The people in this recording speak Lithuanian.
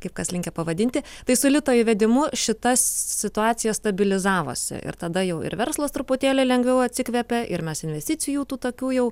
kaip kas linkę pavadinti tai su lito įvedimu šita situacija stabilizavosi ir tada jau ir verslas truputėlį lengviau atsikvėpė ir mes investicijų tų tokių jau